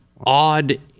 odd